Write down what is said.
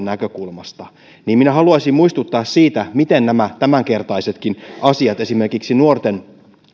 näkökulmasta niin minä haluaisin muistuttaa siitä miten nämä tämänkertaisetkin asiat esimerkiksi nuorten